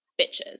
bitches